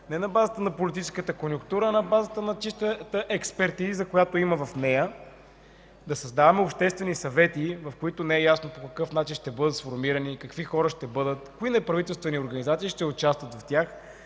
не на база на политическата конюнктура, а на чистата експертиза, която има в нея, да създаваме обществени съвети, без да е ясно по какъв начин ще бъдат сформирани, какви хора ще бъдат, кои неправителствени организации ще участват в тях,